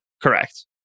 Correct